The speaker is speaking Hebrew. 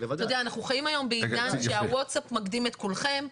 אתה יודע אנחנו חיים היום בעידן שה-ווטסאפ מקדים את כולכם,